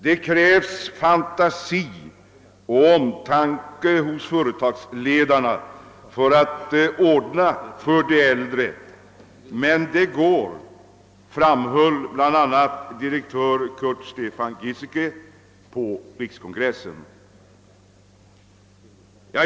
Det krävs fantasi och omtanke hos företagsledarna för att ordna det tillfredsställande för de äldre, men det går, sade bl.a. direktör Curt-Steffan Giesecke på regeringens konferens om den medelålders och äldre arbetskraftens situation.